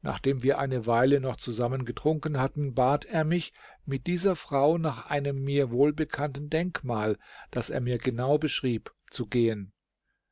nachdem wir eine weile noch zusammen getrunken hatten bat er mich mit dieser frau nach einem mir wohlbekannten denkmal das er mir genau beschrieb zu gehen